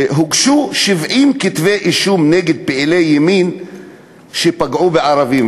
הוגשו 70 כתבי אישום נגד פעילי ימין שפגעו בערבים,